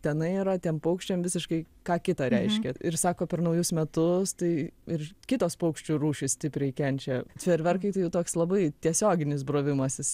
tenai yra tiem paukščiam visiškai ką kita reiškia ir sako per naujus metus tai ir kitos paukščių rūšys stipriai kenčia fejerverkai tai jau toks labai tiesioginis brovimasis